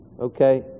Okay